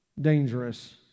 dangerous